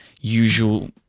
usual